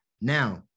Now